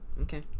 Okay